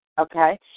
Okay